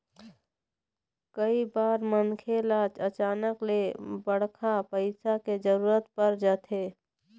कइ बार मनखे ल अचानक ले बड़का पइसा के जरूरत पर जाथे